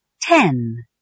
Ten